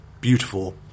beautiful